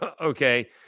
Okay